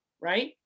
Right